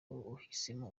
uhisemo